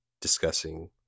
discussing